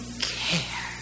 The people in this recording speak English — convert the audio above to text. care